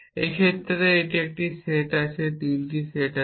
এই ক্ষেত্রে এটি একটি সেট আছে 3 সেট আছে